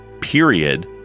period